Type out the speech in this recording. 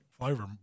flavor